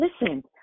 listen